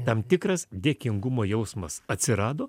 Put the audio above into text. tam tikras dėkingumo jausmas atsirado